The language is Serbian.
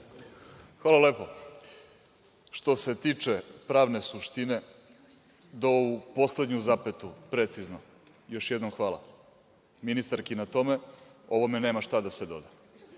Hvala lepo. Što se tiče pravne suštine do ove poslednje zapete, precizno, još jednom hvala ministarki na tome, ovome nema šta da se doda. Zbog